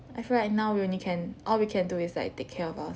I feel right now we only can all we can do is like take care of ourselves